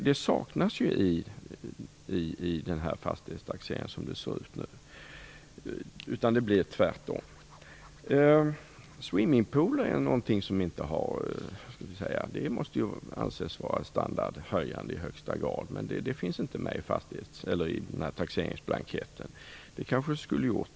Det saknas i fastighetstaxeringen, det blir tvärtom. Swimmingpool måste ju anses vara standardhöjande i högsta grad, men den finns inte med i taxeringsblanketten. Det kanske den borde göra.